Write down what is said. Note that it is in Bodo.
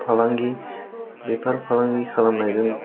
फालांगि बेफार फालांगि खालामनायजों